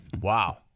Wow